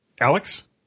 alex